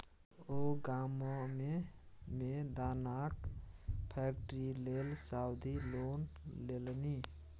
ओ गाममे मे दानाक फैक्ट्री लेल सावधि लोन लेलनि